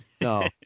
no